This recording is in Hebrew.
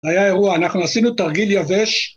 היה אירוע, אנחנו עשינו תרגיל יבש.